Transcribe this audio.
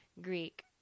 Greek